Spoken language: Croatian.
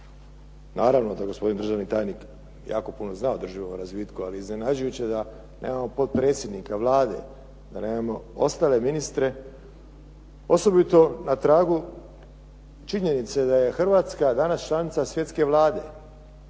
Naravno da gospodin državni tajnik jako puno zna o održivom razvitku, ali iznenađujuće je da nemamo potpredsjednika Vlade, da nemamo ostale ministre, osobito na tragu činjenice da je Hrvatska danas članica Svjetske vlade.